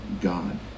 God